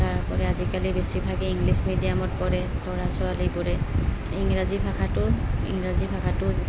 তাৰপৰা আজিকালি বেছিভাগে ইংলিছ মিডিয়ামত পঢ়ে ল'ৰা ছোৱালীবোৰে ইংৰাজী ভাষাটো ইংৰাজী ভাষাটো